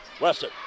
Wesson